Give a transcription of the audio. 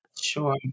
Sure